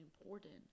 important